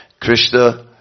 Krishna